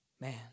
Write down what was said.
Man